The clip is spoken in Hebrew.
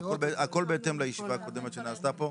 הכול בהתאם לישיבה הקודמת שנעשתה פה.